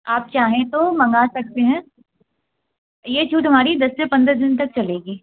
आप चाहें तो मंगा सकते हैं ये छूट हमारी दस से पन्द्रह दिन तक चलेगी